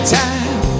time